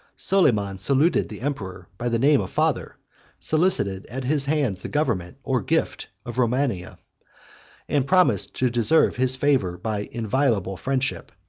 soliman saluted the emperor by the name of father solicited at his hands the government or gift of romania and promised to deserve his favor by inviolable friendship,